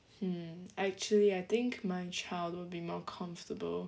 hmm actually I think my child will be more comfortable